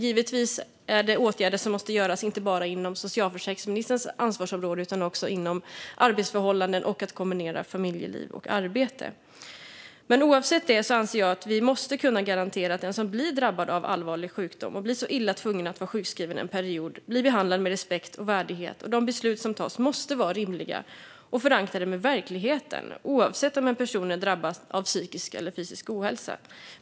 Givetvis är det åtgärder som måste göras inte bara inom socialförsäkringsministerns ansvarsområde utan också när det gäller arbetsförhållanden och att kombinera familjeliv och arbete. Oaktat detta anser jag att vi måste kunna garantera att den som drabbas av allvarlig sjukdom och är tvungen att vara sjukskriven under en period blir behandlad med respekt och värdighet. De beslut som tas måste vara rimliga och förankrade i verkligheten, oavsett om en person är drabbad av psykisk eller fysisk ohälsa.